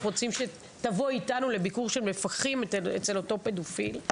אנחנו רוצים שתבואי איתנו לביקור של מפקחים אצל אותו פדופיל.